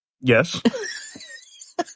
Yes